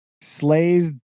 slays